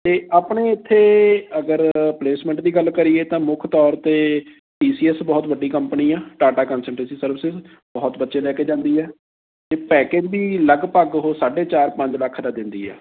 ਅਤੇ ਆਪਣੇ ਇੱਥੇ ਅਗਰ ਪਲੇਸਮੈਂਟ ਦੀ ਗੱਲ ਕਰੀਏ ਤਾਂ ਮੁੱਖ ਤੌਰ 'ਤੇ ਟੀ ਸੀ ਐੱਸ ਬਹੁਤ ਵੱਡੀ ਕੰਪਨੀ ਆ ਟਾਟਾ ਕੰਸਨਟਰੇਂਸੀ ਸਰਵਸਿਸ ਬਹੁਤ ਬੱਚੇ ਲੈ ਕੇ ਜਾਂਦੀ ਹੈ ਅਤੇ ਪੈਕੇਜ ਵੀ ਲਗਭਗ ਉਹ ਸਾਢੇ ਚਾਰ ਪੰਜ ਲੱਖ ਦਾ ਦਿੰਦੀ ਆ